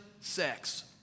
Sex